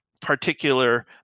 particular